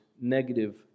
negative